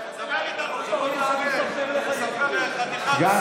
תספר, יא חתיכת, אתה מפגין גם